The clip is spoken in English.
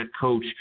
coach